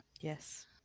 Yes